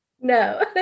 No